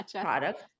product